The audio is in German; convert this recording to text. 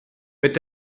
mit